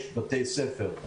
בתי ספר,